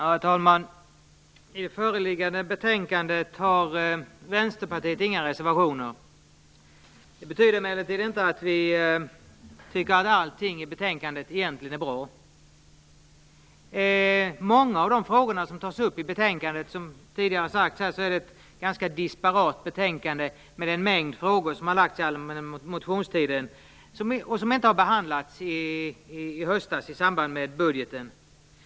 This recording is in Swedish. Herr talman! I föreliggande betänkande har Vänsterpartiet inga reservationer. Det betyder emellertid inte att vi tycker att allting i betänkandet är bra. Som tidigare har sagts är det ett ganska disparat betänkande med en mängd frågor som har väckts under allmänna motionstiden och som inte behandlades i höstas i samband med budgeten.